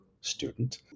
student